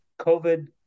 COVID